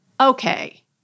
okay